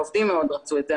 העובדים מאוד רצו את זה,